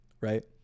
right